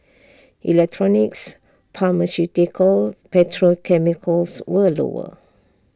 electronics pharmaceuticals petrochemicals were lower